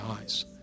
eyes